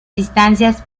distancias